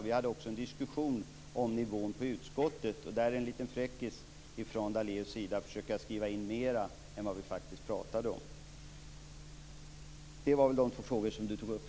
Vi hade också en diskussion om nivån i utskottet. Det här är en liten fräckis från Daléus sida - att försöka skriva in mer än vad vi faktiskt pratade om. Det var väl de två frågor jag fick.